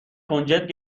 کنجد